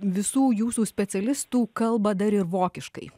visų jūsų specialistų kalba dar ir vokiškai